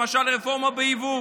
למשל הרפורמה ביבוא.